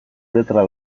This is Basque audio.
letra